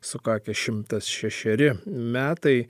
sukakę šimtas šešeri metai